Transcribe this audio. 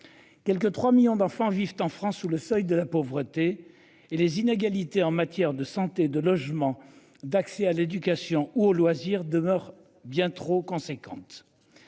Quelque 3 millions d'enfants vivent en France sous le seuil de la pauvreté et les inégalités en matière de santé, de logement, d'accès à l'éducation ou aux loisirs demeure bien trop conséquente.